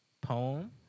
poem